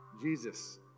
Jesus